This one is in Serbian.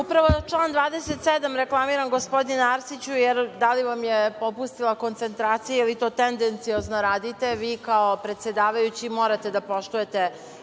Upravo član 27. reklamiram gospodine Arsiću. Da li vam je popustila koncentracija ili to tendenciozno radite, ali vi kao predsedavajući morate da poštujete